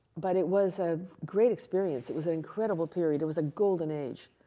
but it was a great experience. it was an incredible period. it was a golden age.